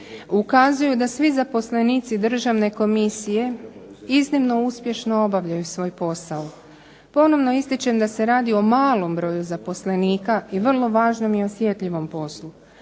ukazuju da svi zaposlenici Državne komisije iznimno uspješno obavljaju svoj posao. Ponovno ističem da se radi o malom broju zaposlenika i vrlo važnom i osjetljivom poslu.